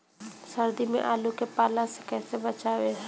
सर्दी में आलू के पाला से कैसे बचावें?